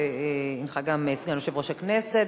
שהינך גם סגן יושב-ראש הכנסת.